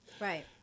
Right